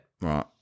Right